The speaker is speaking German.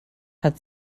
hat